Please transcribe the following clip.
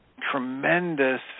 tremendous